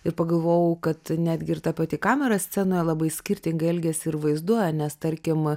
ir pagalvojau kad netgi ir ta pati kameros scena labai skirtingai elgiasi ir vaizduoja nes tarkim